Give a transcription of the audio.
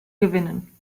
gewinnen